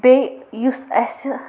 بیٚیہِ یُس اَسہِ